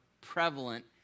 prevalent